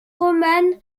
romane